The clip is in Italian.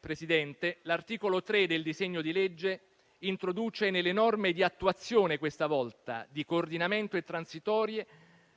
Presidente, l'articolo 3 del disegno di legge introduce, nelle norme di attuazione di coordinamento e transitorie,